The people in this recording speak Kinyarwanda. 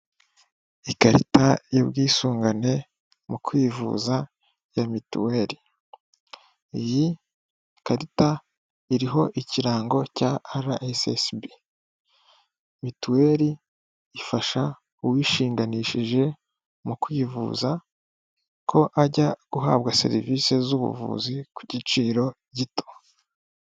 Ikarita y'ubwisungane mu kwivuza ya mituweli iyi karita iriho ikirango cya araesiesibi mituweri ifasha uwishinganishije mu kwivuza ko ajya guhabwa serivisi z'ubuvuzi ku giciro gito.